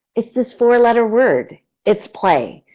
it's this four letter word it's play.